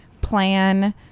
plan